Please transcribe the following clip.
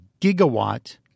gigawatt